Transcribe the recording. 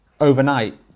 overnight